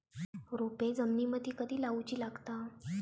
रोपे जमिनीमदि कधी लाऊची लागता?